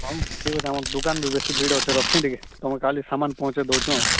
ହଁ ଠିକ୍ ଅଛି ଆମ ଦୋକାନରେ ବେସି ଭିଡ଼୍ ଅଛେ ରଖସି ଟିକେ ତମର କାଲି ସାମାନ୍ ପହଁଚେଇ ଦଉଛୁଁ ଆଉ